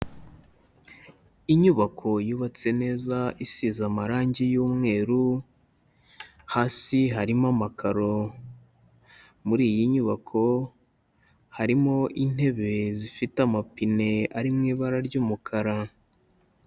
Inyubako yubatse neza, isize amarangi y'umweru, hasi harimo amakaro, muri iyi nyubako, harimo intebe zifite amapine ari mu ibara ry'umukara.